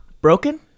broken